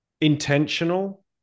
intentional